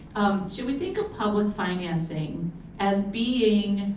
should we think of public financing as being